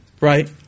right